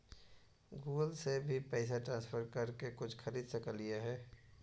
Google से भी पैसा ट्रांसफर कर के कुछ खरिद सकलिऐ हे?